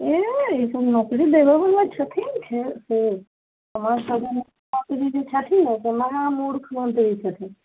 ऐह ईसब नौकरी दैवला छथिन केओ आओर सदनमे जे मन्त्रीजी छथिन ओ महामूर्ख मन्त्री छथिन